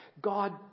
God